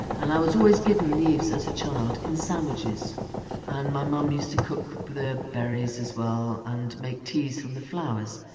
and i was always given leaves as a child in sandwiches and my mom used to cook the berries as well and make teas from the flowers.